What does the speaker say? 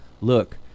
look